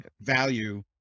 value